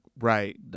Right